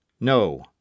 No